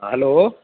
hello